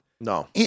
No